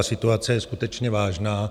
Situace je skutečně vážná.